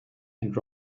and